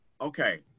Okay